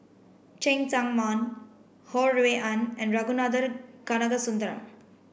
Cheng Tsang Man Ho Rui An and Ragunathar Kanagasuntheram